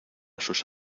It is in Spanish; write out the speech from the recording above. sus